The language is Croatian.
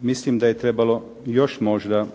mislim da je trebalo još možda